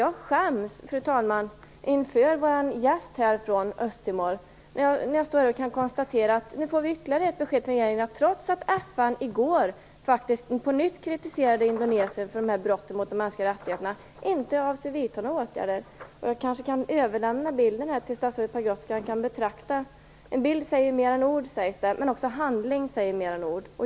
Jag skäms inför vår gäst från Östtimor när jag här kan konstatera att vi får ytterligare ett besked om att regeringen inte avser vidta några åtgärder - trots att FN i går på nytt kritiserade Indonesien för dessa brott mot de mänskliga rättigheterna. Jag kanske kan få överlämna den här bilden till statsrådet Pagrotsky. En bild säger mer än ord, sägs det. Men också handling säger mer än ord.